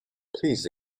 please